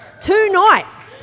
Tonight